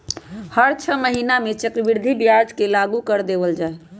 हर छ महीना में चक्रवृद्धि ब्याज के लागू कर देवल जा हई